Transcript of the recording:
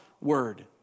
word